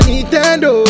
Nintendo